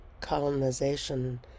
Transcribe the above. colonization